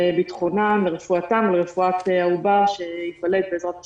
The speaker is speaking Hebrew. בטיחותן ורפואתן ורפואת העובר שייוולד, בעזרת ה'.